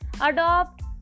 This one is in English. Adopt